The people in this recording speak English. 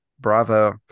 bravo